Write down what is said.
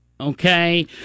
Okay